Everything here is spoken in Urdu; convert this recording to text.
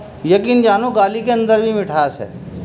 یکین جانو گالی کے اندر بھی مٹھاس ہے